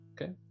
Okay